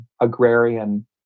agrarian